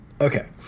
Okay